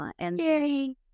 Yay